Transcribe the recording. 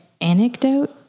anecdote